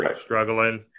struggling